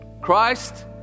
Christ